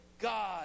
God